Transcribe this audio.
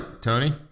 Tony